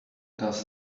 does